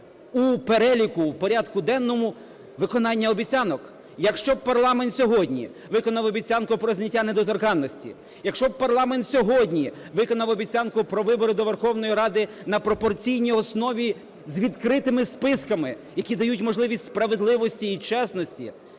у переліку в порядку денному виконання обіцянок. Якщо б парламент сьогодні виконав обіцянку про зняття недоторканності, якщо б парламент сьогодні виконав обіцянку про вибори до Верховної Ради на пропорційній основі з відкритими списками, які дають можливість справедливості і чесності,